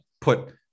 put